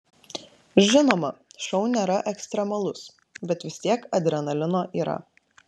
žinoma šou nėra ekstremalus bet vis tiek adrenalino yra